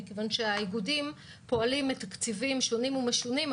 מכיוון שהאיגודים פועלים מתקציבים שונים ומשונים,